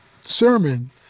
sermon